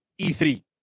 E3